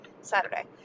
Saturday